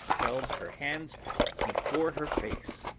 held her hands before her face,